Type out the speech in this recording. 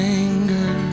anger